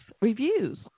reviews